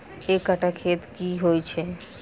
एक कट्ठा खेत की होइ छै?